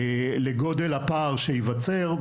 לגודל הפער שייווצר,